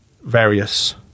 various